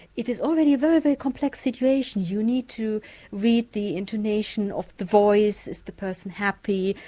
it is already a very, very complex situation. you need to read the intonation of the voice, is the person happy,